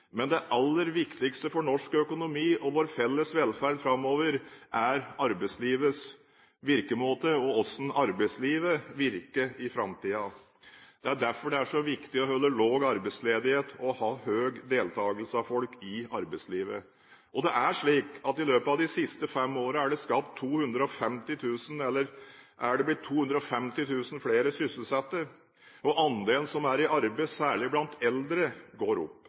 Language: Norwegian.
Men det aller viktigste for norsk økonomi og vår felles velferd framover er arbeidslivets virkemåte og hvordan arbeidslivet virker i framtiden. Det er derfor det er så viktig å holde lav arbeidsledighet og ha høy deltakelse i arbeidslivet. Det er slik at i løpet av de siste fem årene er det blitt 250 000 flere sysselsatte, og andelen som er i arbeid, dette gjelder særlig eldre, går opp.